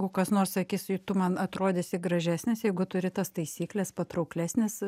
o kas nors sakis juk o tu man atrodysi gražesnis jeigu turi tas taisykles patrauklesnis